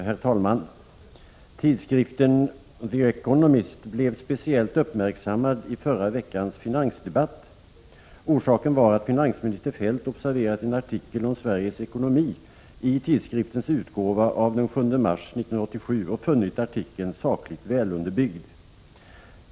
Herr talman! Tidskriften The Economist blev speciellt uppmärksammad i förra veckans finansdebatt. Orsaken var att finansminister Feldt observerat en artikel om Sveriges ekonomi i tidskriftens utgåva av den 7 mars 1987 och funnit artikeln sakligt välunderbyggd.